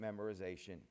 memorization